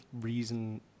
reason